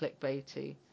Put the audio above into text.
clickbaity